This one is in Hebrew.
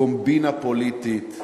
קומבינה פוליטית,